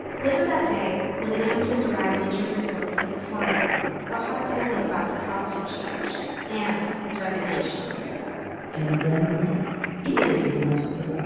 later that day, when the dancers arrived in jerusalem for the performance, ohad told them about the costume change and his resignation and then immediately the dancers so said,